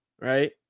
right